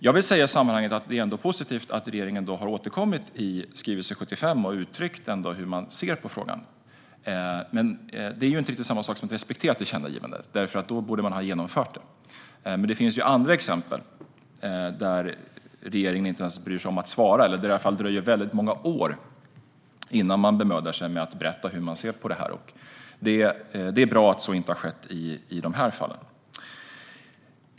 Jag vill i sammanhanget säga att det ändå är positivt att regeringen har återkommit i skrivelse 75 och uttryckt hur man ser på frågan. Men det är ju inte riktigt samma sak som att respektera tillkännagivandet, för då borde man ha genomfört det. Det finns dock andra exempel där regeringen inte ens bryr sig om att svara eller där det i alla fall dröjer väldigt många år innan man bemödar sig med att berätta hur man ser på det här, och det bra att så inte har skett i de här fallen.